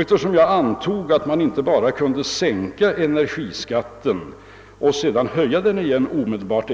Eftersom jag antog att vi inte kunde sänka energiskatten och sedan höja den igen omedelbart,